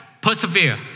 persevere